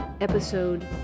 Episode